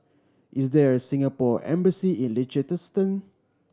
is there a Singapore Embassy in Liechtenstein